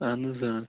اہن حظ آ